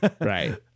right